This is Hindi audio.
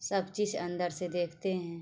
सब चीज़ अन्दर से देखते हैं